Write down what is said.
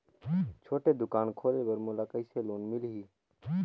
छोटे दुकान खोले बर मोला कइसे लोन मिलही?